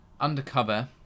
undercover